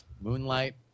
moonlight